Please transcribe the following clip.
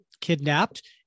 kidnapped